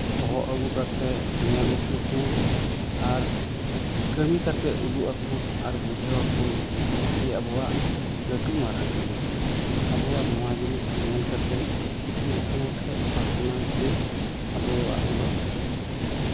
ᱦᱚᱦᱚ ᱟᱹᱜᱩ ᱠᱟᱛᱮᱫ ᱧᱮᱞ ᱦᱚᱪᱚ ᱠᱚ ᱟᱨ ᱠᱟᱹᱢᱤ ᱠᱟᱛᱮᱫ ᱩᱫᱩᱜ ᱟᱠᱚ ᱟᱨ ᱵᱩᱡᱷᱟᱹᱣ ᱟᱠᱚ ᱜᱮ ᱟᱵᱚᱣᱟᱜ ᱞᱟᱹᱴᱩ ᱢᱟᱨᱟᱝ ᱠᱟᱹᱢᱤ ᱠᱟᱱᱟ ᱟᱵᱚᱣᱟᱜ ᱱᱚᱣᱟ ᱡᱤᱱᱤᱥ ᱧᱮᱞ ᱠᱟᱛᱮᱫ ᱩᱱᱠᱩ ᱴᱷᱮᱡ ᱯᱟᱥᱱᱟᱣ ᱜᱮ ᱟᱵᱚᱣᱟᱜ ᱫᱚ